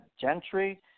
Gentry